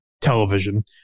television